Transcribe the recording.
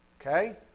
Okay